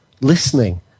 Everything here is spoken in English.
listening